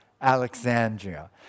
Alexandria